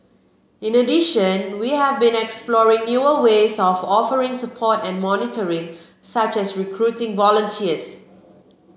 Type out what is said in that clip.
in addition we have been exploring newer ways of offering support and monitoring such as recruiting volunteers